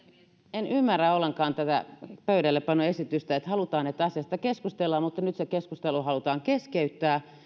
en ymmärrä ollenkaan tätä pöydällepanoesitystä halutaan että asiasta keskustellaan mutta nyt se keskustelu halutaan keskeyttää